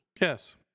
yes